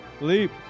Leap